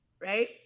right